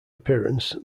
appearance